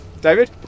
David